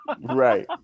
Right